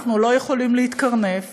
אנחנו לא יכולים להתקרנף